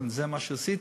וזה מה שעשיתי,